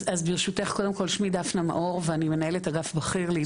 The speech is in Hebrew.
אז ברשותך קודם כל שמי דפנה מאור ואני מנהלת אגף בכיר לתעסוקת הורים.